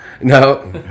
No